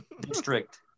district